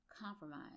compromise